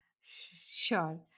Sure